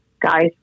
guys